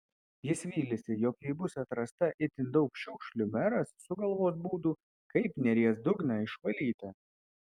jis vylėsi jog jei bus atrasta itin daug šiukšlių meras sugalvos būdų kaip neries dugną išvalyti